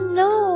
no